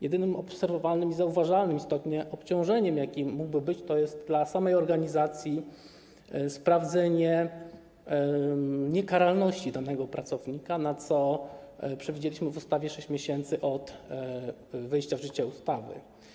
Jedynym obserwowalnym i zauważalnym istotnie obciążeniem, jakie mogłoby być, to jest dla samej organizacji sprawdzenie niekaralności danego pracownika, na co przewidzieliśmy w ustawie 6 miesięcy od dnia wejścia w życie ustawy.